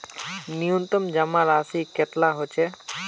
न्यूनतम जमा राशि कतेला होचे?